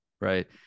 right